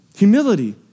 Humility